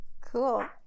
Cool